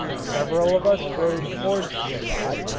several of us rode towards the spot,